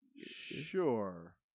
Sure